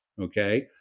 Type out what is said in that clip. okay